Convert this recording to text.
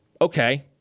Okay